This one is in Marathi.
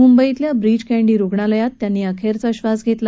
मुंबईतल्या ब्रीच कँडी रुग्णालयात त्यांनी अखेरचा श्वास घेतला